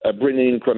bringing